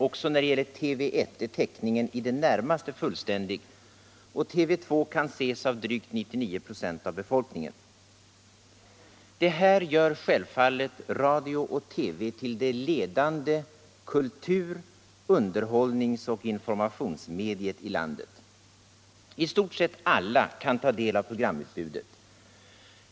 Också vad gäller TV 1 är täckningen i det närmaste fullständig, och TV 2 kan ses av drygt 99 "6 av befolkningen. Detta gör självfallet radio och TV till det ledande kultur-, underhållnings och informationsmediet i landet. I stort sett alla kan ta del av programutbudet.